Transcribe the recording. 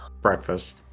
breakfast